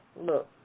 look